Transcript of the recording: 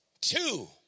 two